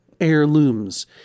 heirlooms